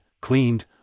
cleaned